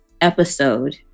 episode